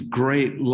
great